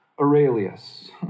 Aurelius